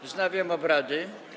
Wznawiam obrady.